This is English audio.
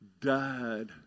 died